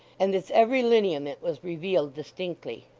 and its every lineament was revealed distinctly.